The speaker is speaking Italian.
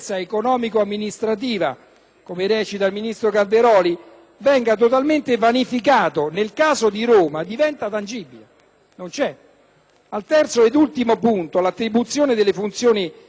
come recita il ministro Calderoli) venga totalmente vanificato, nel caso di Roma diventa tangibile! Il terzo ed ultimo punto riguarda l'attribuzione delle funzioni amministrative a Roma capitale.